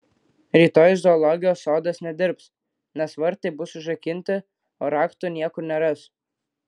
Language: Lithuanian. rytoj zoologijos sodas nedirbs nes vartai bus užrakinti o rakto niekur neras